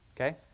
Okay